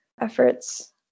efforts